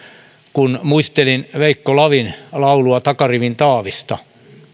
kun muistelin veikko lavin laulua takarivin taavista